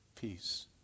Peace